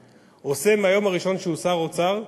עושה מהיום הראשון שהוא שר האוצר,